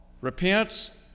repents